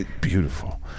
beautiful